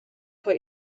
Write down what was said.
put